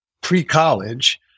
pre-college